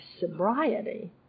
sobriety